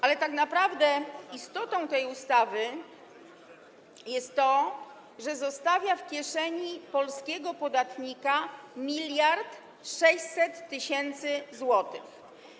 Ale tak naprawdę istotą tej ustawy jest to, że zostawia w kieszeni polskiego podatnika 1 000 600 tys. zł.